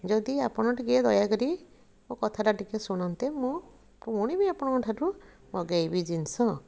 ଯଦି ଆପଣ ଟିକେ ଦୟାକରି ମୋ କଥାଟା ଟିକେ ଶୁଣନ୍ତେ ମୁଁ ପୁଣି ବି ଆପଣଙ୍କ ଠାରୁ ମଗେଇବି ଜିନିଷ